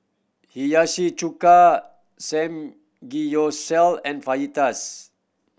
Hiyashi Chuka Samgeyopsal and Fajitas